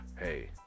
hey